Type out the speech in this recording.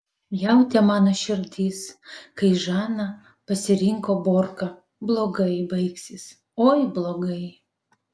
jautė mano širdis kai žana pasirinko borką blogai baigsis oi blogai